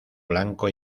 blanco